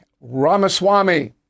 Ramaswamy